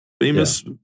famous